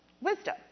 Wisdom